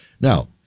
now